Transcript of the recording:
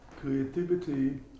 Creativity